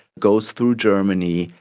goes through germany,